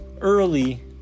early